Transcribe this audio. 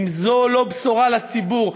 אם זאת לא בשורה לציבור,